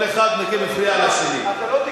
עם כל הכבוד לך,